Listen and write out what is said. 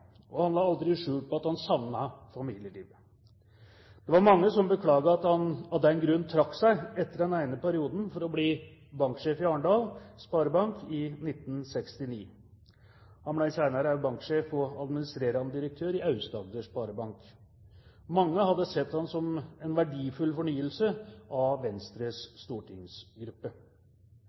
og han la aldri skjul på at han savnet familielivet. Det var mange som beklaget at han av den grunn trakk seg etter den ene perioden for å bli banksjef i Arendal Sparebank i 1969. Han ble senere også banksjef og administrerende direktør i Aust-Agder Sparebank. Mange hadde sett ham som en verdifull fornyer av Venstres stortingsgruppe.